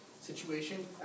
situation